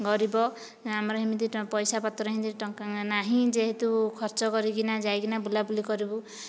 ଗରିବ ଆମର ଏମିତି ପଇସା ପତ୍ର ଏମିତି ଟଙ୍କା ନାହିଁ ଯେହେତୁ ଖର୍ଚ୍ଚ କରି କିନା ଯାଇକି ବୁଲା ବୁଲି କରିବୁ